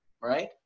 right